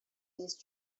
east